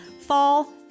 fall